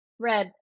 Red